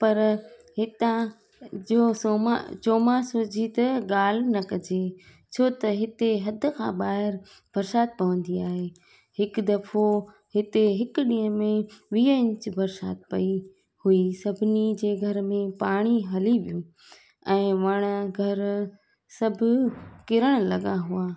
पर हितां जो सौमा चौमासो जी त ॻाल्हि न कजे छो त हिते हद खां ॿाहिरि बरिसात पवंदी आहे हिकु दफ़ो हिते हिकु ॾींहं में वीह इंच बरिसात पई हुई सभिनी जे घर में पाणी हली वियो ऐं वण घर सभु किरण लॻा हुआ